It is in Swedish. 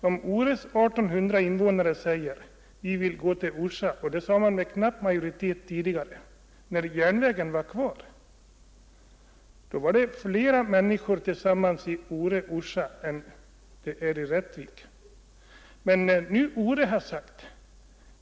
Om Ores 1 800 invånare säger att de vill gå samman med Orsa — och det sade man med knapp majoritet tidigare, när järnvägen var kvar — blir det flera människor tillsammans i Ore och Orsa än det är i Rättvik.